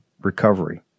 recovery